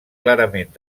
clarament